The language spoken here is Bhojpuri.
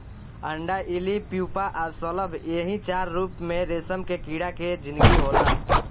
अंडा इल्ली प्यूपा आ शलभ एही चार रूप में रेशम के कीड़ा के जिनगी होला